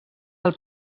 del